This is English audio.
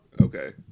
Okay